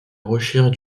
recherche